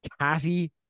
Catty